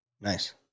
nice